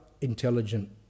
intelligent